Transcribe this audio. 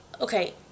okay